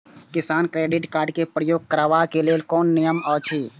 किसान credit card क प्रयोग करबाक लेल कोन नियम अछि?